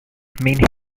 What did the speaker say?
mean